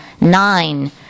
nine